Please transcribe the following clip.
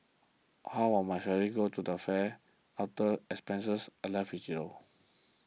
half of my salary goes to the fare after expenses I'm left with zero